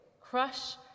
crush